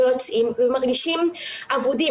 לא יוצאים ומרגישים אבודים,